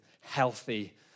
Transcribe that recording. healthy